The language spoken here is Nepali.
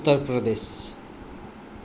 उत्तर प्रदेश